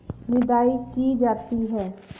निदाई की जाती है?